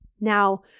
now